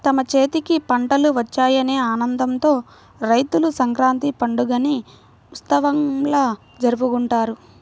తమ చేతికి పంటలు వచ్చాయనే ఆనందంతో రైతులు సంక్రాంతి పండుగని ఉత్సవంలా జరుపుకుంటారు